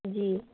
जी